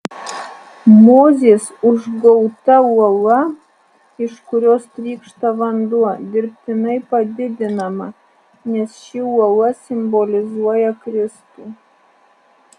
mozės užgauta uola iš kurios trykšta vanduo dirbtinai padidinama nes ši uola simbolizuoja kristų